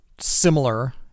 similar